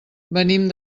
venim